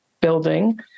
building